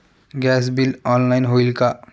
Gas bill online होईल का?